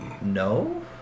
No